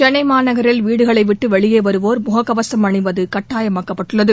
சென்னை மாநகரில் வீடுகளை விட்டு வெளியே வருவோர் முகக்கவசம் அணிவது கட்டாயமாக்கப்பட்டுள்ளது